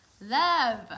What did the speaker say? love